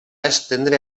estendre